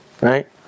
Right